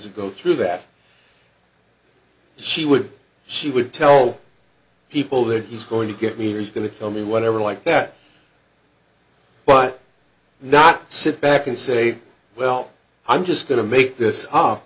or go through that she would she would tell people that he's going to get me there's going to fill me whatever like that but not sit back and say well i'm just going to make this